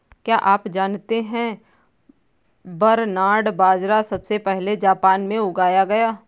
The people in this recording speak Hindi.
क्या आप जानते है बरनार्ड बाजरा सबसे पहले जापान में उगाया गया